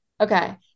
okay